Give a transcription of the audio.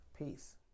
Peace